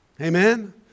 Amen